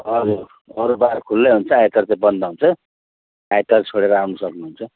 हजुर अरू वार खुल्लै हुन्छ आइतवार चाहिँ बन्द हुन्छ आइतवार छोडेर आउन सक्नुहुन्छ